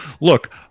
look